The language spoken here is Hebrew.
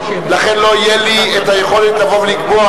לכן לא תהיה לי היכולת לקבוע,